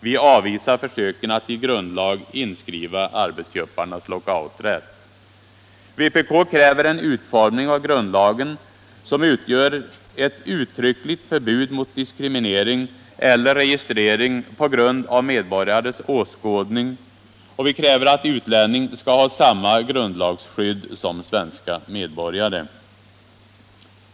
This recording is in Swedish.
Vi avvisar försöken att i grundlag inskriva arbetsköparnas lockouträtt. Vpk kräver en utformning av grundlagen som utgör ett uttryckligt förbud mot diskriminering eller registrering på grund av medborgares åskådning och att utlänning skall ha samma grundlagsskydd som svensk medborgare.